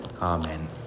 Amen